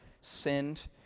sinned